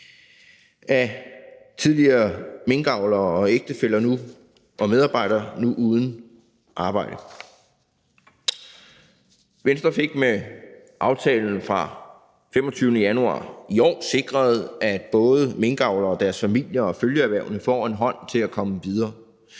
af tidligere minkavlere, deres ægtefæller og medarbejdere nu uden arbejde. Venstre fik med aftalen fra den 25. januar i år sikret, at både minkavlere, deres familier og følgeerhvervene får en hånd til at komme videre.